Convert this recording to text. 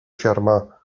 xarma